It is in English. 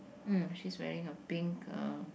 mm she's wearing a pink uh